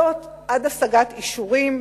זאת עד השגת אישורים,